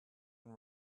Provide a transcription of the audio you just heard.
and